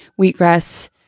wheatgrass